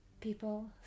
people